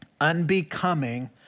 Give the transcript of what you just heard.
unbecoming